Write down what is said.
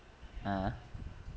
uh